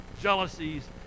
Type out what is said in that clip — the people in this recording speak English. jealousies